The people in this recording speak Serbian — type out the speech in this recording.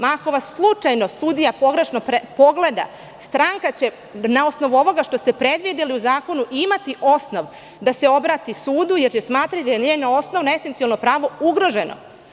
Ako vas sudija slučajno pogrešno pogleda, stranka će na osnovu ovoga što ste predvideli u zakonu imati osnov da se obrati sudu, jer će smatrati da je njeno osnovno, esencijalno pravo ugroženo.